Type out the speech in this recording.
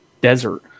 desert